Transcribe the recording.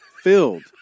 filled